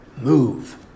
move